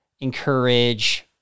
encourage